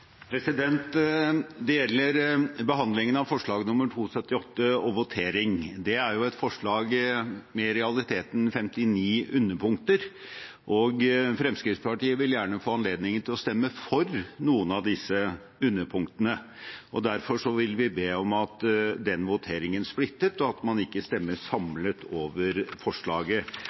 Det gjelder behandlingen av forslag nr. 278 og votering. Det er et forslag med i realiteten 59 underpunkter, og Fremskrittspartiet vil gjerne få anledning til å stemme for noen av disse underpunktene. Derfor ber vi om at den voteringen splittes opp, og at man ikke stemmer over forslaget samlet. Jeg skal raskt nevne hvilke underpunkter vi ønsker å stemme for i forslaget.